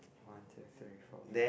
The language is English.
one two three four five